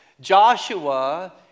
Joshua